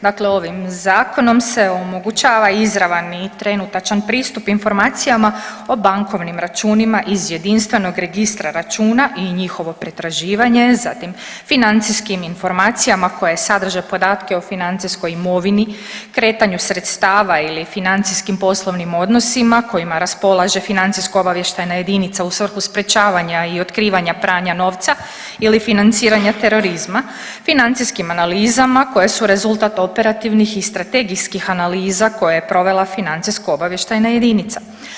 Dakle, ovim zakonom se omogućava izravan i trenutačan pristup informacijama o bankovnim računima iz jedinstvenog registra računa i njihovo pretraživanje, zatim financijskim informacijama koje sadrže podatke o financijskoj imovini, kretanju sredstava ili financijskim poslovnim odnosima kojima raspolaže financijsko-obavještajna jedinica u svrhu sprječavanja i otkrivanja pranja novca ili financiranja terorizma, financijskim analizama koje su rezultat operativnih i strategijskih analiza koje je provela financijsko-obavještajna jedinica.